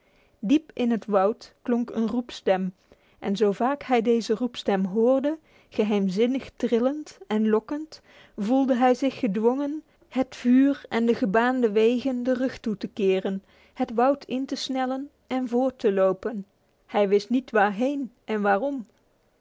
diep in het woud klonk de roepstem en zo vaak hij deze roepstem hoorde geheimzinnig trillend en lokkend voelde hij zich gedwongen het vuur en de gebaande wegen de rug toe te keren het woud in te snellen en voort te lopen hij wist niet waarheen en waarom